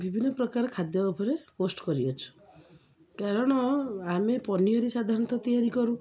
ବିଭିନ୍ନ ପ୍ରକାର ଖାଦ୍ୟ ଉପରେ ପୋଷ୍ଟ କରିଅଛୁ କାରଣ ଆମେ ପନିର୍ ସାଧାରଣତଃ ତିଆରି କରୁ